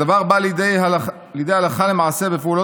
הדבר בא לידי ביטוי הלכה למעשה בפעולות